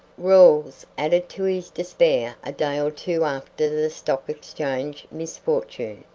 rawles added to his despair a day or two after the stock exchange misfortune.